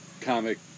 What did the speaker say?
comic